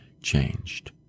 changed